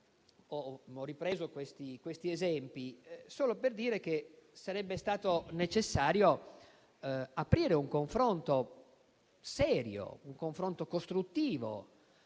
Ho ripreso questi esempi solo per dire che sarebbe stato necessario aprire un confronto serio e costruttivo